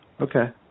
Okay